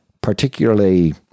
particularly